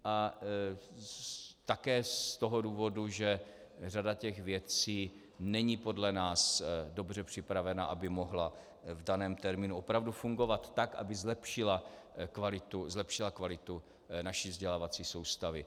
A také z toho důvodu, že řada těch věcí není podle nás dobře připravena, aby mohla v daném termínu opravdu fungovat tak, aby zlepšila kvalitu naší vzdělávací soustavy.